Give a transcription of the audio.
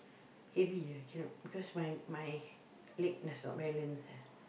heavy I cannot my my my leg does not balance